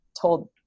told